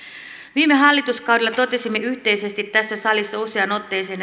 viime hallituskaudella totesimme yhteisesti tässä salissa useaan otteeseen